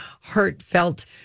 heartfelt